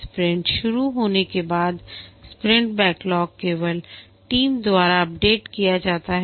sprint शुरू होने के बाद स्प्रिंट बैकलॉग केवल टीम द्वारा अपडेट किया जाता है